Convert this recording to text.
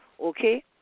okay